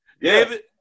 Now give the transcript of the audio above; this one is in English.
David